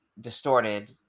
distorted